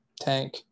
tank